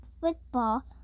football